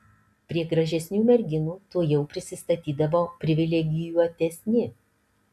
prie gražesnių merginų tuojau prisistatydavo privilegijuotesni